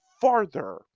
farther